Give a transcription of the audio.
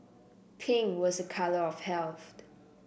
pink was a colour of health